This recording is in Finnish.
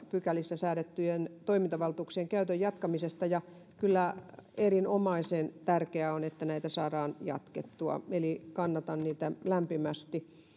pykälissä säädettyjen toimintavaltuuksien käytön jatkamisesta ja kyllä erinomaisen tärkeää on että näitä saadaan jatkettua eli kannatan niitä lämpimästi